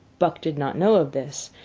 buck did not know of this,